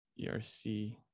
ERC